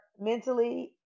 mentally